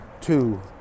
Two